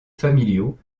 familiaux